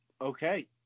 Okay